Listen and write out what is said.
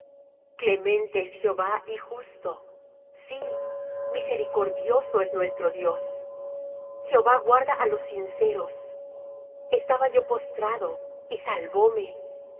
clemente es jehová y justo sí misericordioso es nuestro dios jehová guarda á los sinceros estaba yo postrado y salvóme